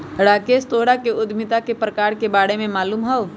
राकेश तोहरा उधमिता के प्रकार के बारे में मालूम हउ